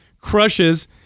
crushes